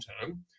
term